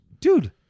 Dude